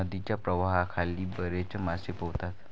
नदीच्या प्रवाहाखाली बरेच मासे पोहतात